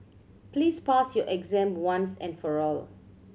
please pass your exam once and for all